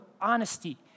honesty